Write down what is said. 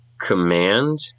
command